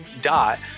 dot